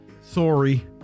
Sorry